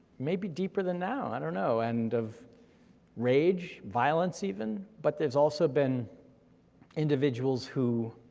maybe deeper than now, i don't know, and of rage, violence even. but there's also been individuals who.